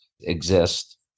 exist